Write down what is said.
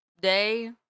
day